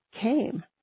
came